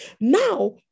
Now